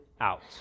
out